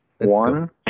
One